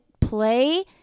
play